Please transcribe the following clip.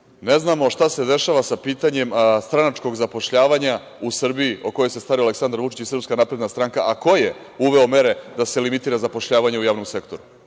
znamo šta se dešava sa pitanjem stranačkog zapošljavanja u Srbiji, o kojoj se stara Aleksandar Vučić i SNS, a ko je uveo mere da se limitira zapošljavanje u javnom sektoru?